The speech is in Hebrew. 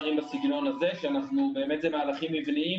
בסך הכול תוכניות בגובה של קרוב ל-300 מיליון